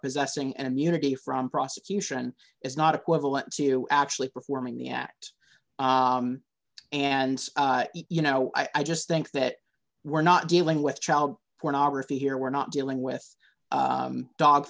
possessing an immunity from prosecution is not equivalent to actually performing the act and you know i just think that we're not dealing with child pornography here we're not dealing